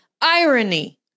irony